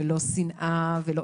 ולא שנאה ולא